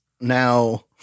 now